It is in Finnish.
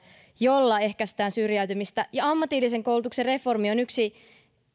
jolla ehkäistään syrjäytymistä ammatillisen koulutuksen reformi on